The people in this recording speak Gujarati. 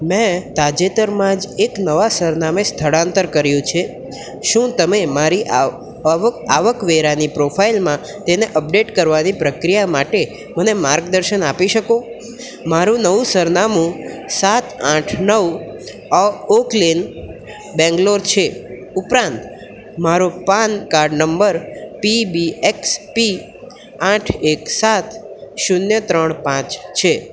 મેં તાજેતરમાં જ એક નવા સરનામે સ્થળાંતર કર્યું છે શું તમે મારી અ અવક આવક વેરાની પ્રોફાઇલમાં તેને અપડેટ કરવાની પ્રક્રિયા માટે મને માર્ગદર્શન આપી શકો મારું નવું સરનામું સાત આઠ નવ ઓકલેન બેંગલોર છે ઉપરાંત મારો પાન કાર્ડ નંબર પીબી એક્સ પી આઠ એક સાત શૂન્ય ત્રણ પાંચ છે